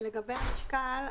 לגבי המשקל,